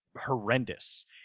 horrendous